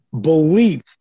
Belief